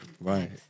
Right